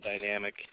dynamic